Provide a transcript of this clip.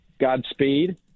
Godspeed